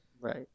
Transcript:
Right